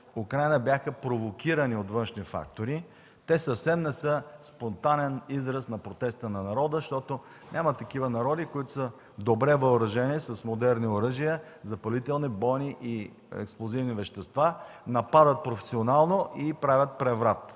Украйна бяха провокирани от външни фактори. Те съвсем не са спонтанен израз на протеста на народа, защото няма такива народи, които са добре въоръжени, с модерни оръжия, запалителни, бойни и експлозивни вещества, нападат професионално и правят преврат.